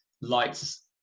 lights